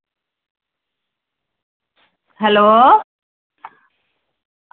hello